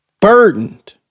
burdened